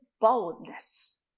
boldness